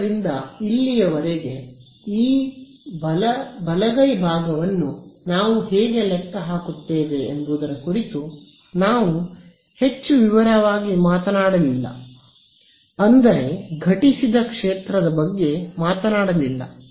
ಆದ್ದರಿಂದ ಇಲ್ಲಿಯವರೆಗೆ ಈ ಬಲಗೈ ಭಾಗವನ್ನು ನಾವು ಹೇಗೆ ಲೆಕ್ಕ ಹಾಕುತ್ತೇವೆ ಎಂಬುದರ ಕುರಿತು ನಾವು ಹೆಚ್ಚು ವಿವರವಾಗಿ ಮಾತನಾಡಲಿಲ್ಲ ಅಂದರೆ ಘಟಿಸಿದ ಕ್ಷೇತ್ರ ಬಗ್ಗೆ ಮಾತನಾಡಲಿಲ್ಲ